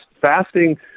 Fasting